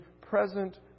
present